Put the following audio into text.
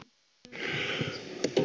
a b c d